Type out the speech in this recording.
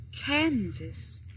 Kansas